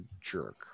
jerk